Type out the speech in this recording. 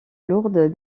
lourde